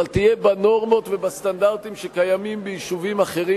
תהיה בנורמות ובסטנדרטים שקיימים ביישובים אחרים,